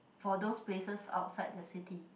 for those places outside the city